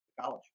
college